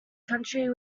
country